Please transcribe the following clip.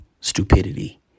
stupidity